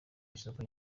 isoko